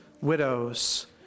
widows